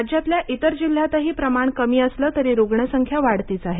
राज्यातल्या इतर जिल्ह्यातही प्रमाण कमी असलं तरी रुग्णसंख्या वाढतीच आहे